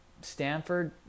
Stanford